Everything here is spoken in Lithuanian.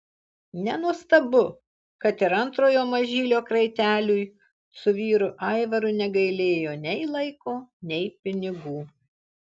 nenuostabu kad ir antrojo mažylio kraiteliui su vyru aivaru negailėjo nei laiko nei pinigų